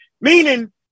Meaning